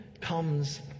comes